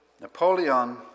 Napoleon